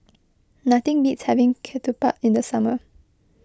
nothing beats having Ketupat in the summer